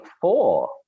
four